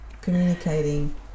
communicating